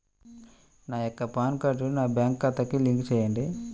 నా యొక్క పాన్ కార్డ్ని నా బ్యాంక్ ఖాతాకి లింక్ చెయ్యండి?